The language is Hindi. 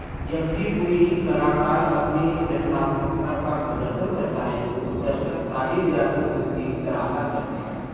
जब भी कोई कलाकार अपनी रचनात्मकता का प्रदर्शन करता है तो दर्शक ताली बजा कर उसकी सरहना करते हैं